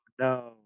no